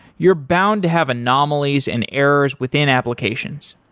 you're bound to have anomalies and errors within applications.